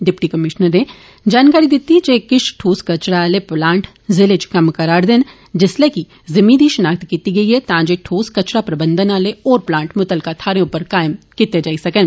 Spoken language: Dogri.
डिप्टी कमीश्नरें जानकारी दिती जे किश ठोस कचरा आले प्लांट जिले च कम्म करा'रदे न जिस्सलै कि जमीन दी शिनाख्त कीती गेई ऐ तां जे ठोस कचरा प्रबंधन आले प्लांट मुतलका थाहरें उप्पर कायम कीते जान